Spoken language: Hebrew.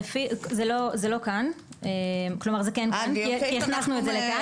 זה כן כאן, כי הכנסנו את זה לכאן.